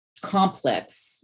complex